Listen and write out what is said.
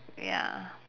ya